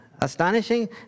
astonishing